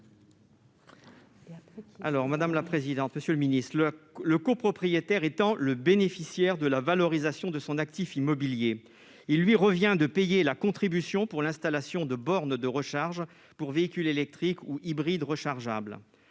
: La parole est à M. Bruno Rojouan. Le copropriétaire étant le bénéficiaire de la valorisation de son actif immobilier, il lui revient de payer la contribution pour l'installation de bornes de recharge pour véhicules électriques ou hybrides rechargeables.